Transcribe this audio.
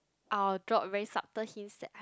I will drop very subtle hints that I'm